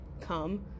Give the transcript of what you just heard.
come